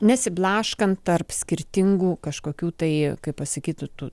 nesiblaškant tarp skirtingų kažkokių tai kaip pasakytų tų